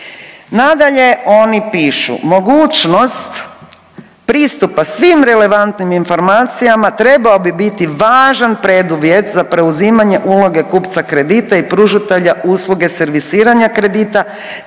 nadalje oni pišu, mogućnost pristupa svim relevantnim informacijama trebao bi biti važan preduvjet za preuzimanje uloge kupca kredita i pružatelja usluge servisiranja kredita,